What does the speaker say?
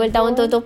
goal